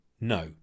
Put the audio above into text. no